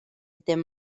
dim